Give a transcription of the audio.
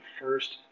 first